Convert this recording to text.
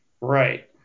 Right